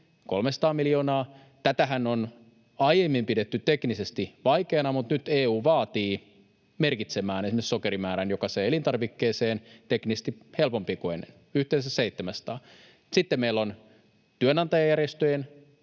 300 miljoonaa. Tätähän on aiemmin pidetty teknisesti vaikeana, mutta nyt EU vaatii merkitsemään esimerkiksi sokerimäärän jokaiseen elintarvikkeeseen — teknisesti helpompaa kuin ennen, yhteensä 700. Sitten meillä on työnantajajärjestöjen